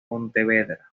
pontevedra